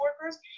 workers